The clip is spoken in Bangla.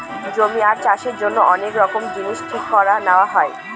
জমি আর চাষের জন্য অনেক জিনিস ঠিক করে নেওয়া হয়